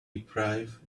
reprieve